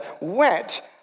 wet